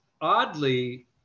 oddly